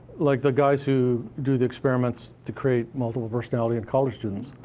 like the guys who do the experiments to create multiple personality in college students,